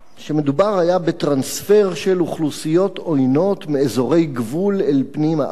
שהיה מדובר בטרנספר של אוכלוסיות עוינות מאזורי גבול אל פנים הארץ.